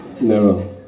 No